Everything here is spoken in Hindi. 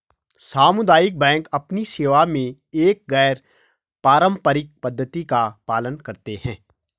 सामुदायिक बैंक अपनी सेवा में एक गैर पारंपरिक पद्धति का पालन करते हैं